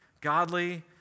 godly